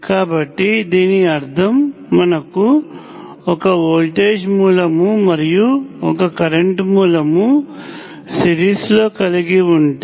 కాబట్టి దీని అర్థం మనకు ఒక వోల్టేజ్ మూలము మరియు ఒక కరెంట్ మూలము సీరీస్లో కలిగి ఉంటే